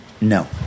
No